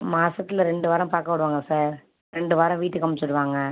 மாதத்துல ரெண்டு வாரம் பார்க்க விடுவாங்க சார் ரெண்டு வாரம் வீட்டுக்கு அமிச்சிருவாங்க